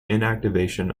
inactivation